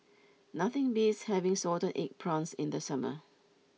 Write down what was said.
nothing beats having Salted Egg Prawns in the summer